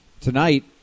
tonight